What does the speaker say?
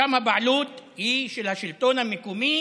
שם הבעלות היא של השלטון המקומי